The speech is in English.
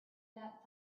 that